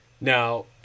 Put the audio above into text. Now